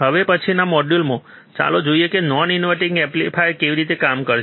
હવે પછીના મોડ્યુલમાં ચાલો જોઈએ કે નોન ઇન્વર્ટીંગ એમ્પ્લીફાયર કેવી રીતે કામ કરશે